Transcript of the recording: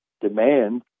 demand